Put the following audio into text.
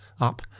up